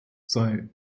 sei